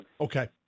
Okay